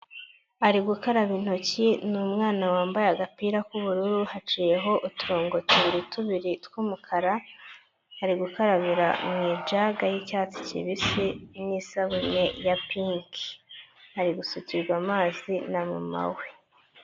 Ari gukaraba intoki ni umwana wambaye agapira k'ubururu haciyeho uturongo tubiri tubiri tw'umukara, ari gukarabira mu ijaga y'icyatsi kibisi n'isabune ya pinki, ari gusukirwa amazi na mama we.